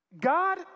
God